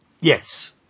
yes